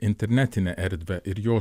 internetinę erdvę ir jos